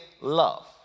love